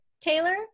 Taylor